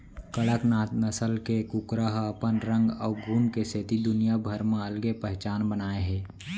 कड़कनाथ नसल के कुकरा ह अपन रंग अउ गुन के सेती दुनिया भर म अलगे पहचान बनाए हे